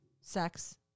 sex